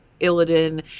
Illidan